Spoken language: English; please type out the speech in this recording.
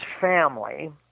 family